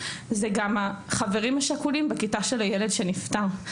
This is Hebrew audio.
זה גם החברים השכולים בכיתה של הילד שנפטר.